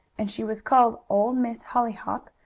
and she was called old miss hollyhock,